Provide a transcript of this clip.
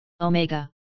Omega